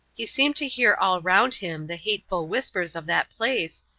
he seemed to hear all round him the hateful whispers of that place,